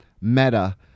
meta